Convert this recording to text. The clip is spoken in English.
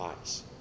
eyes